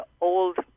old